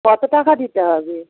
কত টাকা দিতে হবে